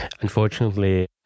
unfortunately